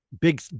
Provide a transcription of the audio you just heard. big